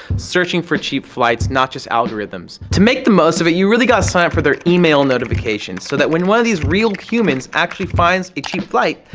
searching for cheap flights, not just algorithms to make the most of it, you've really got to sign up for their email notification so that when one of these real humans actually finds a cheap flight,